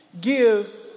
gives